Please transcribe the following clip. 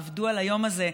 עבדו על היום הזה,